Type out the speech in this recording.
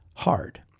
hard